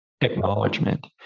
acknowledgement